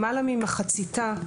למעלה ממחציתה,